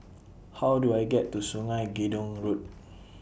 How Do I get to Sungei Gedong Road